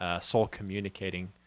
soul-communicating